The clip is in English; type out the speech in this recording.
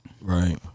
Right